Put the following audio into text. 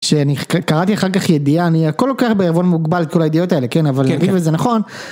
שאני קראתי אחר כך ידיעה אני הכל לוקח בעירבון מוגבל את כל הידיעות האלה כן אבל זה נכון.